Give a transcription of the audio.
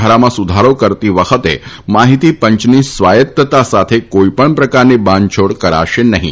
ધારામાં સુધારો કરતી વખતામાહિતી યની સ્વાયત્તતા સાથાહોઇ ણ પ્રકારની બાંધછોડ કરાશભહિ